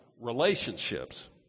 relationships